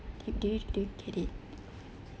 do you do you get it